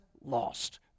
lost